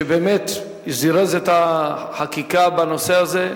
שבאמת זירז את החקיקה בנושא הזה,